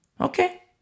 Okay